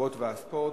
התרבות והספורט,